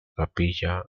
capilla